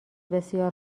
بسیار